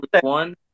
one